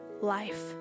life